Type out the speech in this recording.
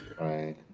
Right